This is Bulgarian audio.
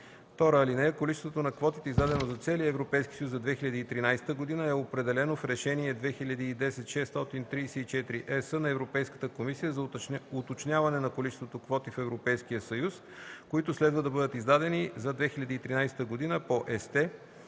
г. (2) Количеството на квотите, издадено за целия Европейски съюз за 2013 г., е определено в Решение 2010/634/ЕС на Европейската комисия за уточняване на количеството квоти в Европейския съюз, които следва да бъдат издадени за 2013 г. по ЕСТЕ,